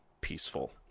peaceful